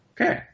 Okay